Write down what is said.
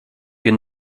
wir